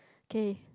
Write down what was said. okay